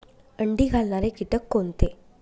अंडी घालणारे किटक कोणते?